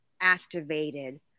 activated